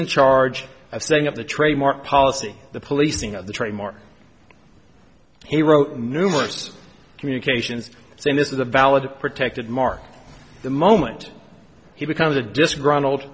in charge of setting up the trademark policy the policing of the trademark he wrote numerous communications saying this is a valid protected market the moment he becomes a disgruntled